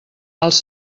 els